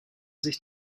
sich